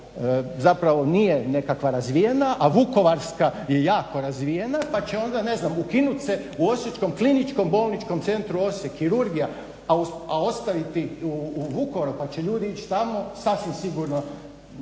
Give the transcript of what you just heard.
zapravo nije nekakva razvijena, a vukovarska je jako razvijena, pa će onda ne znam ukinut se u Osječkom kliničkom bolničkom centru Osijek kirurgija, a ostaviti u Vukovaru pa će ljudi ići tamo sasvim sigurno